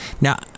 Now